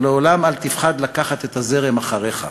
ולעולם אל תפחד לקחת את הזרם אחריך.